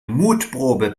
mutprobe